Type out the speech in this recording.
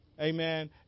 Amen